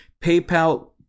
paypal